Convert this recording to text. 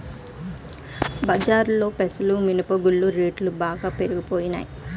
బజారులో పెసలు మినప గుళ్ళు రేట్లు బాగా పెరిగిపోనాయి